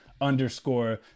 underscore